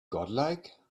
godlike